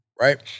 right